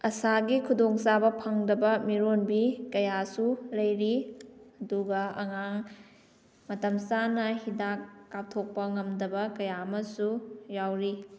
ꯑꯥꯁꯥꯒꯤ ꯈꯨꯗꯣꯡ ꯆꯥꯕ ꯐꯪꯗꯕ ꯃꯤꯔꯣꯟꯕꯤ ꯀꯌꯥꯁꯨ ꯂꯩꯔꯤ ꯑꯗꯨꯒ ꯑꯉꯥꯡ ꯃꯇꯝ ꯆꯥꯅ ꯍꯤꯗꯥꯛ ꯀꯥꯞꯊꯣꯛꯄ ꯉꯝꯗꯕ ꯀꯌꯥ ꯑꯃꯁꯨ ꯌꯥꯎꯔꯤ